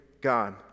God